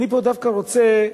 אני פה דווקא רוצה,